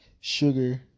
sugar